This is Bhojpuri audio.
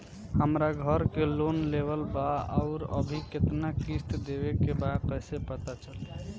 हमरा घर के लोन लेवल बा आउर अभी केतना किश्त देवे के बा कैसे पता चली?